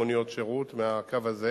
לכן,